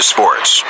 Sports